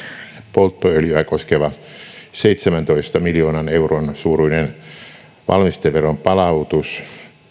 polttoöljyä koskeva seitsemäntoista miljoonan euron suuruinen valmisteveron palautus